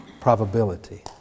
probability